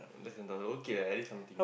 less than a dollar okay lah at least something